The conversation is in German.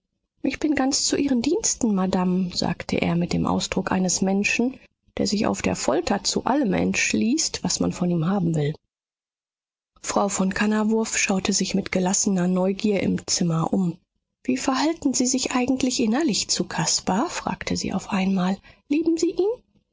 ich bin ganz zu ihren diensten madame sagte er mit dem ausdruck eines menschen der sich auf der folter zu allem entschließt was man von ihm haben will frau von kannawurf schaute sich mit gelassener neugier im zimmer um wie verhalten sie sich eigentlich innerlich zu caspar fragte sie auf einmal lieben sie ihn